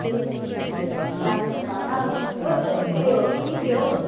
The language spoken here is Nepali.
ए बाँसको तामा कस्तो तिते हो कि मिठे हो